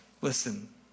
Listen